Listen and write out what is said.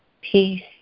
peace